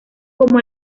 como